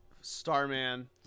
Starman